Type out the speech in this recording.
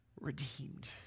redeemed